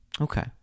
Okay